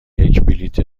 بلیت